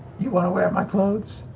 you want to wear my clothes?